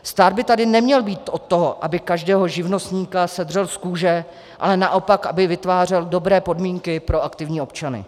Stát by tady neměl být od toho, aby každého živnostníka sedřel z kůže, ale naopak, aby vytvářel dobré podmínky pro aktivní občany.